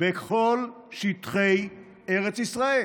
בכל שטחי ארץ ישראל: